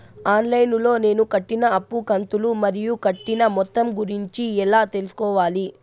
On line లో నేను కట్టిన అప్పు కంతులు మరియు కట్టిన మొత్తం గురించి ఎలా తెలుసుకోవాలి?